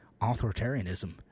authoritarianism